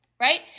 right